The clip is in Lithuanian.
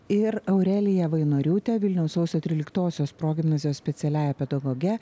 ir aurelija vainoriūte vilniaus sausio tryliktosios progimnazijos specialiąja pedagoge